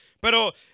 Pero